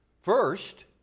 First